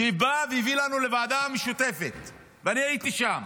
שבא והביא לנו לוועדה המשותפת, אני הייתי שם,